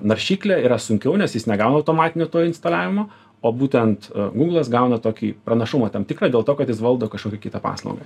naršyklę yra sunkiau nes jis negauna automatinio to instaliavimo o būtent gūglas gauna tokį pranašumą tam tikrą dėl to kad jis valdo kažkokį kitą paslaugą